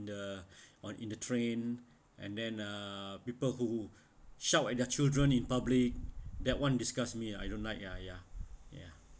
the on in the train and then uh people who shout at their children in public that [one] disgust me I don't like ya ya ya